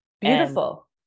Beautiful